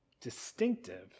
distinctive